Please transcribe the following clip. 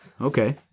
Okay